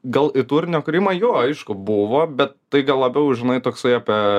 gal į turinio kūrimą jo aišku buvo bet tai gal labiau žinai toksai apie